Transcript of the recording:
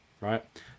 right